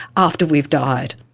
after we've died.